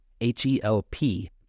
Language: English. H-E-L-P